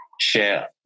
share